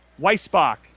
Weisbach